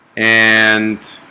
and